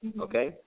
okay